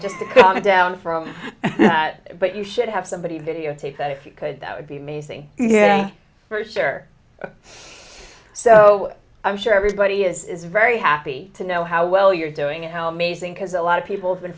just the coming down from that but you should have somebody videotape that if you could that would be amazing for sure so i'm sure everybody is very happy to know how well you're doing and how amazing because a lot of people have been